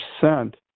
percent